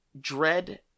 dread